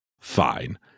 Fine